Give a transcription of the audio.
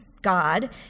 God